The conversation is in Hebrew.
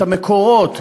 את המקורות,